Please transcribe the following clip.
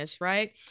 right